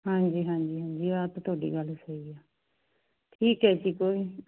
ਹਾਂਜੀ ਹਾਂਜੀ ਹਾਂਜੀ ਆਹ ਤਾਂ ਤੁਹਾਡੀ ਗੱਲ ਸਹੀ ਆ ਠੀਕ ਹੈ ਜੀ ਕੋਈ